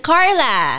Carla